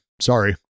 Sorry